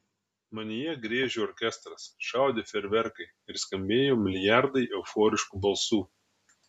manyje griežė orkestras šaudė fejerverkai ir skambėjo milijardai euforiškų balsų